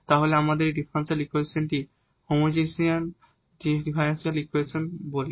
তাহলে আমরা এই ডিফারেনশিয়াল ইকুয়েশনটিকে হোমোজেনিয়াস ডিফারেনশিয়াল ইকুয়েশন বলি